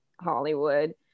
Hollywood